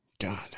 God